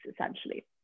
essentially